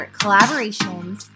collaborations